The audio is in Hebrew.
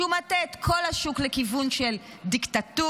שהוא מטה את כל השוק לכיוון של דיקטטורה.